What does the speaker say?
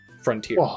frontier